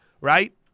right